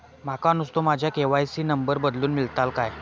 माका नुस्तो माझ्या के.वाय.सी त नंबर बदलून मिलात काय?